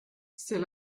c’est